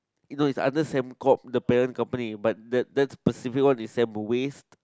no it's the other Sembcorp the parent company but that that specific one is Sembwaste